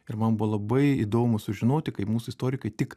ir man buvo labai įdomu sužinoti kaip mūsų istorikai tik